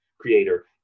creator